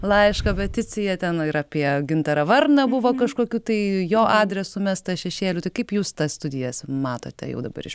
laišką peticiją ten ir apie gintarą varną buvo kažkokių tai jo adresu mesta šešėlių tai kaip jūs tas studijas matote jau dabar iš